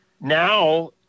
now